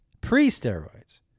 pre-steroids